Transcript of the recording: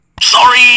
Sorry